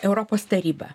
europos taryba